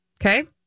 okay